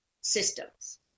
systems